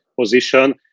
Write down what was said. position